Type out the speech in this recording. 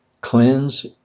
cleanse